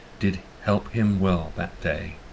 did help him well that day.